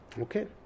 Okay